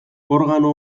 organo